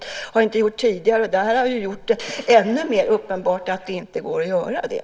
Det har jag inte gjort tidigare, och det här har gjort det ännu mer uppenbart att det inte går att göra det.